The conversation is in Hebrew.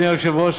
אדוני היושב-ראש,